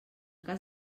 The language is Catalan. cas